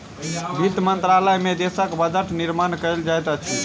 वित्त मंत्रालय में देशक बजट निर्माण कयल जाइत अछि